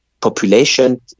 population